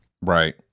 Right